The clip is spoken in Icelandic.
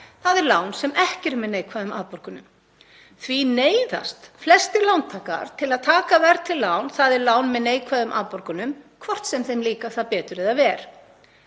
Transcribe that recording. þ.e. lán sem ekki eru með neikvæðum afborgunum. Því neyðast flestir lántakar til að taka verðtryggð lán, þ.e. lán með neikvæðum afborgunum, hvort sem þeim líkar það betur eða verr.